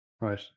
Right